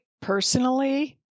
personally